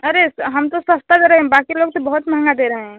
अरे हम तो सस्ता करे हैं बाकी लोग तो बहुत महंगा दे रहे हैं